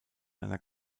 einer